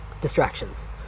distractions